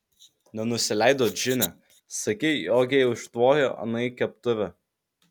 nenusileido džine sakei jogei užtvojo anai keptuve